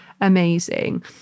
amazing